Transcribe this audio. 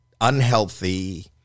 unhealthy